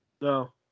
No